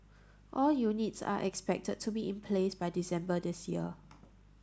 all units are expected to be in place by December this year